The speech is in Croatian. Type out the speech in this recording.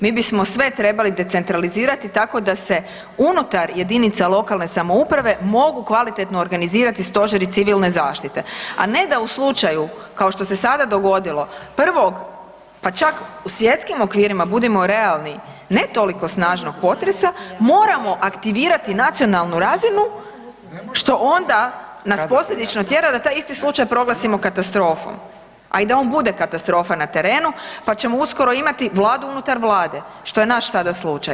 Mi bismo sve trebali decentralizirati tako da se unutar jedinice lokalne samouprave mogu kvalitetno organizirati stožeri civilne zaštite, a ne da u slučaju, kao što se sada dogodilo, prvog, pa čak u svjetskim okvirima, budimo realni, ne toliko snažnog potresa, moramo aktivirati nacionalnu razinu što onda nas posljedično tjera da taj isti slučaj proglasimo katastrofom, a i da on bude katastrofa na terenu pa ćemo uskoro imati Vladu unutar Vlade, što je naš sada, slučaj.